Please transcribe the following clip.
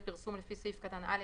בפרסום לפי סעיף קטן (א),